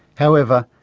however,